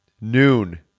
noon